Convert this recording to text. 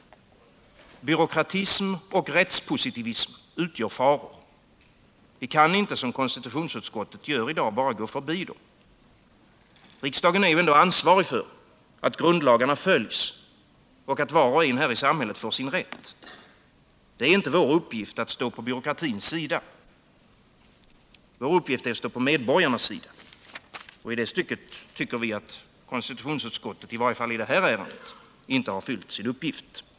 Byråkrati och rättspositivism utgör faror. Vi kan inte, som konstitutionsutskottet gör i dag, bara gå förbi dem. Riksdagen är ansvarig för att grundlagarna följs och att var och en i samhället får sin rätt. Det är inte vår uppgift att stå på byråkratins sida. Vår uppgift är att stå på medborgarnas sida. I detta stycke har konstitutionsutskottet i varje fall i det här ärendet inte fyllt sin uppgift.